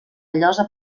llosa